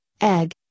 egg